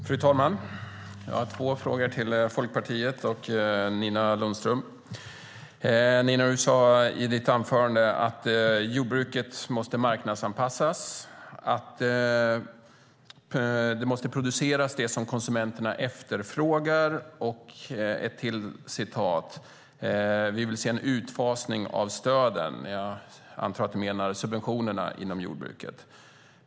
Fru talman! Jag har två frågor till Folkpartiet och Nina Lundström. Nina! Du sade i ditt anförande att jordbruket måste marknadsanpassas, att man måste producera det som konsumenterna efterfrågar och att ni vill se en utfasning av stöden - jag antar att du menar subventionerna inom jordbruket.